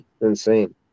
insane